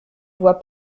voit